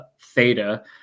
Theta